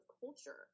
culture